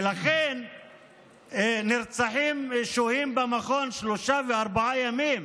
ולכן נרצחים שוהים במכון שלושה וארבעה ימים,